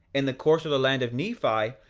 in the course of the land of nephi,